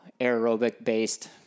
aerobic-based